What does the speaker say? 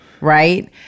right